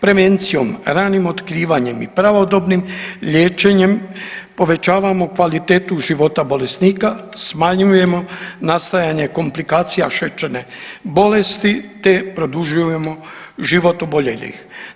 Prevencijom, ranim otkrivanjem i pravodobnim liječenjem povećavamo kvalitetu života bolesnika, smanjujemo nastajanje komplikacija šećerne bolesti te produžujemo život oboljelih.